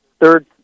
third